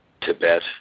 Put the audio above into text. Tibet